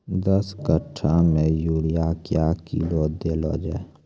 दस कट्ठा मे यूरिया क्या किलो देलो जाय?